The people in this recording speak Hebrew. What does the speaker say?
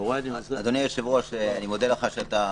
אדוני היושב-ראש, אני מודה לך שאתה